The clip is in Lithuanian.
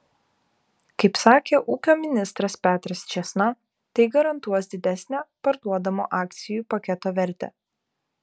kaip sakė ūkio ministras petras čėsna tai garantuos didesnę parduodamo akcijų paketo vertę